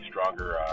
stronger